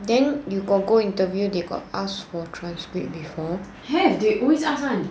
then you got go interview they got asked for transcript before have they always been